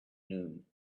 noon